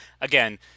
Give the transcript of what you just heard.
again